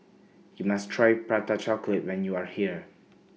YOU must Try Prata Chocolate when YOU Are here